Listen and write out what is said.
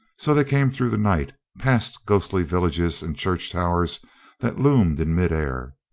so they came through the night, past ghostly villages and church towers that loomed in mid-air.